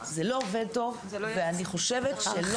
אבל זה לא עובד טוב ואני חושבת שלא